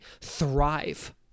thrive